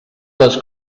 les